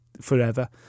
forever